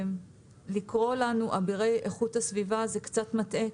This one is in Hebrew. ולקרוא לנו אבירי איכות הסביבה זה קצת מטעה,